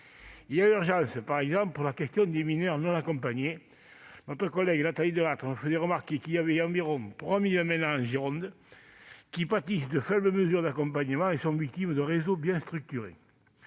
Il y a urgence, par exemple, sur la question des mineurs non accompagnés. Selon notre collègue Nathalie Delattre, on recense environ 3 000 MNA en Gironde, qui pâtissent de faibles mesures d'accompagnement et sont victimes de réseaux bien structurés.